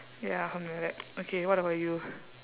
ya something like that okay what about you